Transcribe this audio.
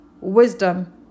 wisdom